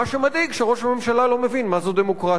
מה שמדאיג הוא שראש הממשלה לא מבין מה זאת דמוקרטיה.